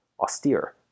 austere